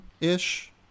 ish